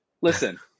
listen